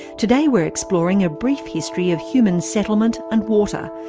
today we're exploring a brief history of human settlement and water,